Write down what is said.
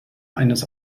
eines